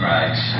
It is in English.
Right